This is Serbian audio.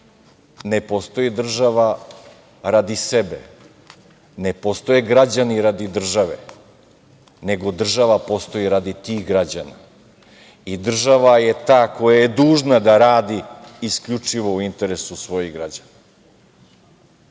ne postoji država radi sebe, ne postoje građani radi države, nego država postoji radi tih građana i država je ta koja je dužna da radi isključivo u interesu svojih građana. Danima